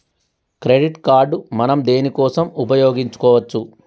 Credit card మనం దేనికోసం ఉపయోగించుకోవచ్చు?